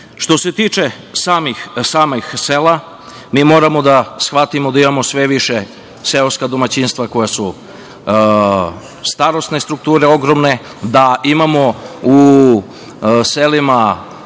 nas. Što se tiče samih sela, mi moramo da shvatimo da imamo sve više seoskih domaćinstava koja su starosne strukture ogromne, da imamo u selima